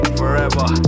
forever